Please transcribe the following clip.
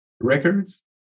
records